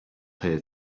here